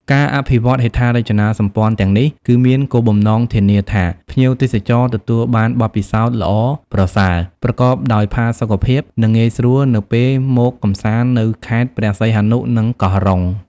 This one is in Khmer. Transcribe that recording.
ការអភិវឌ្ឍហេដ្ឋារចនាសម្ព័ន្ធទាំងនេះ គឺមានគោលបំណងធានាថាភ្ញៀវទេសចរទទួលបានបទពិសោធន៍ល្អប្រសើរ ប្រកបដោយផាសុកភាព និងងាយស្រួលនៅពេលមកកម្សាន្តនៅខេត្តព្រះសីហនុ និងកោះរ៉ុង។